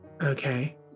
Okay